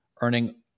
earning